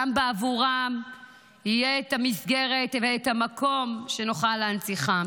גם בעבורם תהיה מסגרת ומקום שנוכל להנציחם.